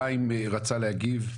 חיים רצה להגיב.